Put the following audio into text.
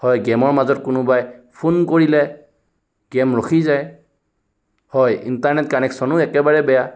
হয় গেমৰ মাজত কোনোবাই ফোন কৰিলে গেম ৰখি যায় হয় ইণ্টাৰনেট কানেকশ্যনো একেবাৰে বেয়া